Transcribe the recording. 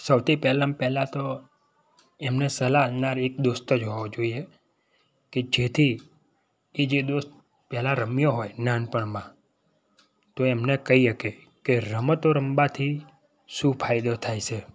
સૌથી પહેલામાં પહેલા તો એમને સલાહ આપનાર એક દોસ્ત જ હોવો જોઈએ કે જેથી એ જે દોસ્ત પહેલા રમ્યો હોય નાનપણમાં તો એમને કહી શકે કે રમતો રમવાથી શું ફાયદો થાય છે